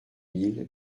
mille